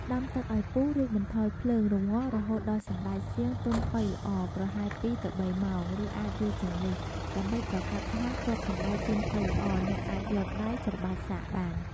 ដាំទឹកឱ្យពុះ រួចបន្ថយភ្លើង រម្ងាស់រហូតដល់សណ្ដែកសៀងទន់ផុយល្អ ប្រហែល ២ ទៅ ៣ ម៉ោង ឬអាចយូរជាងនេះ ដើម្បីប្រាកដថាគ្រាប់សណ្ដែកទន់ផុយល្អ អ្នកអាចយកដៃច្របាច់សាកបាន។